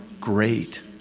great